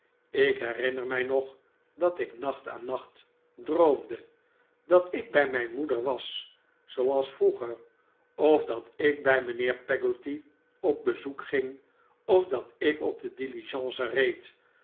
ik herinner mij nog dat ik nacht aan nacht droomde dat ik bij mijn moedr was zooals vroeger of dat ik bij mijnheer peggotty op bezoek ging of dat ik op de diligence reed